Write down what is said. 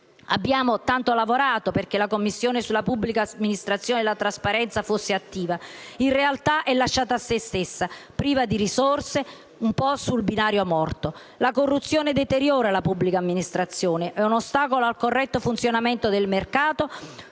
Abbiamo tanto lavorato perché la Commissione sulla pubblica amministrazione e la trasparenza fosse attiva; in realtà è lasciata a se stessa, priva di risorse, un po' sul binario morto. La corruzione deteriora la pubblica amministrazione, è un ostacolo al corretto funzionamento del mercato,